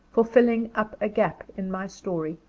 for filling up a gap in my story.